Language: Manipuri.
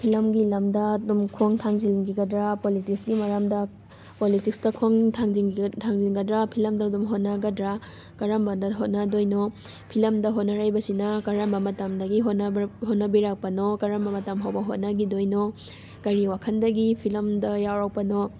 ꯐꯤꯜꯃꯒꯤ ꯂꯝꯗ ꯑꯗꯨꯝ ꯈꯣꯡ ꯊꯥꯡꯖꯟꯍꯤꯒꯗ꯭ꯔꯥ ꯄꯣꯂꯤꯇꯤꯛꯁꯀꯤ ꯃꯔꯝꯗ ꯄꯣꯂꯤꯇꯤꯛꯁꯇ ꯈꯣꯡ ꯊꯥꯡꯖꯤꯡꯈꯤꯒ ꯊꯥꯡꯖꯟꯒꯗ꯭ꯔꯥ ꯐꯤꯂꯝꯗ ꯑꯗꯨꯝ ꯍꯣꯠꯅꯒꯗ꯭ꯔꯥ ꯀꯔꯝꯕꯗ ꯍꯣꯠꯅꯗꯣꯏꯅꯣ ꯐꯤꯜꯃꯗ ꯍꯣꯠꯅꯔꯛꯏꯕꯁꯤꯅ ꯀꯔꯝꯕ ꯃꯇꯝꯗꯒꯤ ꯍꯣꯠꯅꯕꯤꯔꯛ ꯍꯣꯠꯅꯕꯤꯔꯛꯄꯅꯣ ꯀꯔꯝꯕ ꯃꯇꯝ ꯐꯥꯎꯕ ꯍꯣꯠꯅꯈꯤꯗꯣꯏꯅꯣ ꯀꯔꯤ ꯋꯥꯈꯜꯗꯒꯤ ꯐꯤꯂꯝꯗ ꯌꯥꯎꯔꯛꯄꯅꯣ